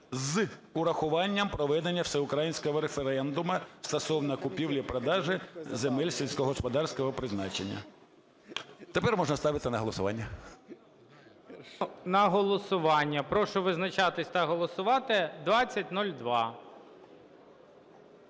з урахуванням проведення всеукраїнського референдуму стосовно купівлі-продажу земель сільськогосподарського призначення". Тепер можна ставити на голосування. ГОЛОВУЮЧИЙ. Ставимо на голосування. Прошу визначатись та голосувати 2002.